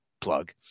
plug